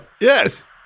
Yes